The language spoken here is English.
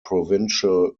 provincial